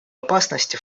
опасности